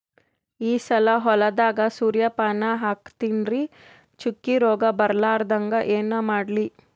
ಈ ಸಲ ಹೊಲದಾಗ ಸೂರ್ಯಪಾನ ಹಾಕತಿನರಿ, ಚುಕ್ಕಿ ರೋಗ ಬರಲಾರದಂಗ ಏನ ಮಾಡ್ಲಿ?